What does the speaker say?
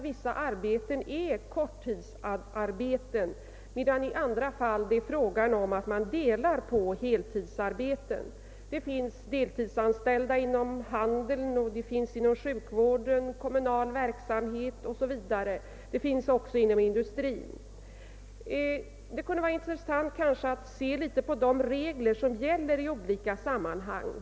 Vissa arbeten är korttidsarbeten medan det i andra fall är fråga om att dela på heltidsarbeten. Det finns deltidsanställda inom handel, sjukvård, kommunal verksamhet och även inom industrin. Det kunde kanske vara intressant att se på de regler som gäller i olika sammanhang.